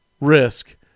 risk